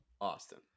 Austin